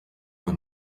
man